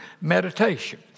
meditation